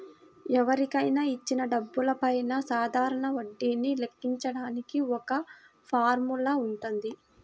ఎవరికైనా ఇచ్చిన డబ్బులపైన సాధారణ వడ్డీని లెక్కించడానికి ఒక ఫార్ములా వుంటది